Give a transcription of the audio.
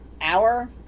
hour